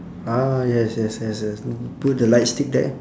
ah yes yes yes yes put the light stick there